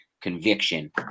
conviction